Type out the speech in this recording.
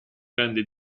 grande